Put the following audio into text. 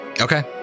Okay